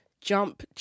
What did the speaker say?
jump